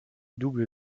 double